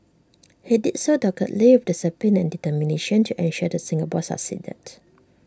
he did so doggedly with discipline and determination to ensure that Singapore succeeded